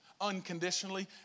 unconditionally